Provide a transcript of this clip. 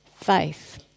faith